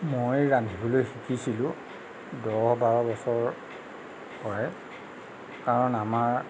মই ৰান্ধিবলৈ শিকিছিলোঁ দহ বাৰ বছৰৰ পৰাই কাৰণ আমাৰ